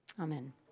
Amen